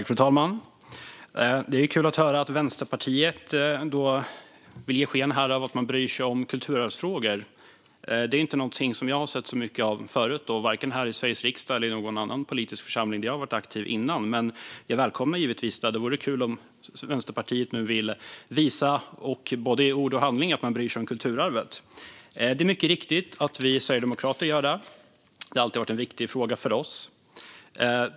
Fru talman! Det är kul att höra att Vänsterpartiet ändå vill ge sken av att bry sig om kulturarvsfrågor. Det är inte någonting jag har sett så mycket av förut vare sig här i Sveriges riksdag eller i någon annan politisk församling där jag har varit aktiv. Jag välkomnar det givetvis; det vore kul om Vänsterpartiet nu vill visa både i ord och handling att man bryr sig om kulturarvet. Det är mycket riktigt så att vi sverigedemokrater gör det. Det har alltid varit en viktig fråga för oss.